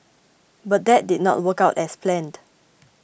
but that did not work out as planned